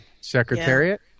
Secretariat